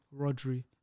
Rodri